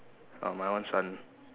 uh my one sun